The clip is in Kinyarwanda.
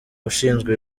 ushinzwe